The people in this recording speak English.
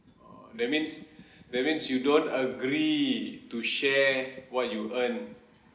oh that means that means you don't agree to share what you earn